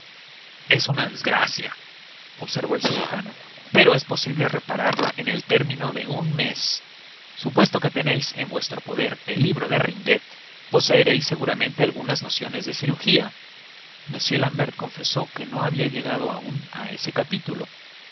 es una gran desgracia observó el cirujano pero es posible repararla en el término de un mes supuesto que tenéis en vuestro poder el libro de ringuet poseeréis seguramente algunas nociones de cirugía m l'ambert confesó que no había llegado aún a ese capítulo